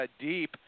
deep